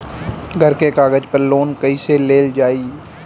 घर के कागज पर लोन कईसे लेल जाई?